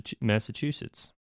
Massachusetts